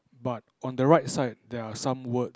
but on the right side there're some words